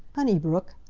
honeybrook,